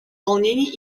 волнений